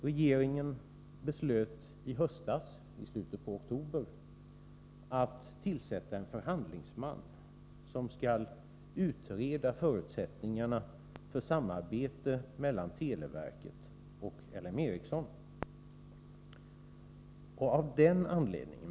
Regeringen beslöt i slutet av oktober att tillsätta en förhandlingsman som skall utreda förutsättningarna för samarbetet mellan televerket och LM Ericsson.